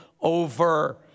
over